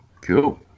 Cool